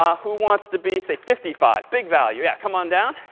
ah who wants to be say, fifty five? big value. yeah. come on down.